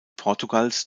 portugals